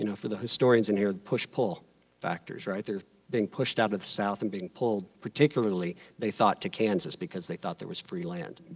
you know for the historians in here, push pull factors. they're being pushed out of the south and being pulled particularly, they thought, to kansas, because they thought there was free land.